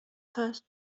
first